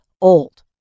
old